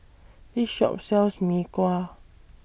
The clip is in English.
This Shop sells Mee Kuah